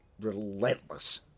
relentless